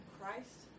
Christ